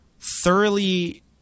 thoroughly